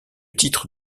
titre